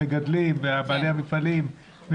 המגדלים ובעלי המפעלים.